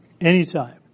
Anytime